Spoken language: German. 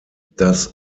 das